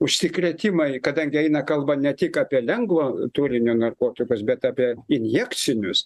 užsikrėtimai kadangi eina kalba ne tik apie lengvo turinio narkotikus bet apie injekcinius